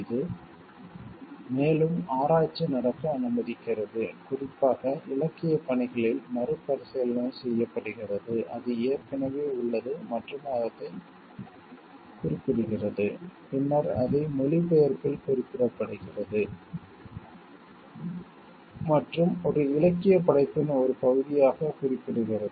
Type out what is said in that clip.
இது மேலும் ஆராய்ச்சி நடக்க அனுமதிக்கிறது குறிப்பாக இலக்கியப் பணிகளில் மறுபரிசீலனை செய்யப்படுகிறது அது ஏற்கனவே உள்ளது மற்றும் அதைக் குறிப்பிடுகிறது பின்னர் அதை மொழிபெயர்ப்பில் குறிப்பிடுகிறது மற்றும் ஒரு இலக்கியப் படைப்பின் ஒரு பகுதியாக குறிப்பிடுகிறது